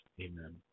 Amen